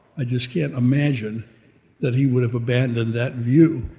i just can't imagine that he would have abandoned that view.